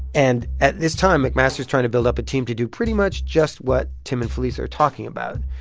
and at this time, mcmaster's trying to build up a team to do pretty much just what tim and felisa are talking about.